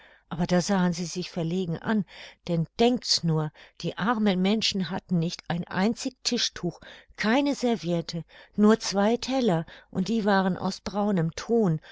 aber da sahen sie sich verlegen an denn denkt nur die armen menschen hatten nicht ein einzig tischtuch keine serviette nur zwei teller und die waren aus braunem thon